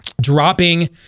dropping